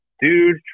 dude